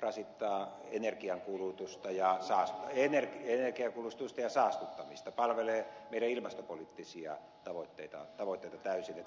rasittaa energiankulutusta ja saastuttamista palvelee meidän ilmastopoliittisia tavoitteita täysin